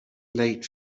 late